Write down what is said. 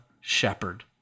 shepherd